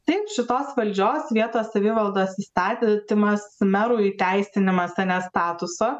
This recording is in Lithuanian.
taip šitos valdžios vietos savivaldos įstatymas merų įteisinimas ar ne statuso